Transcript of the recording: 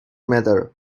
matter